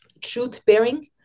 truth-bearing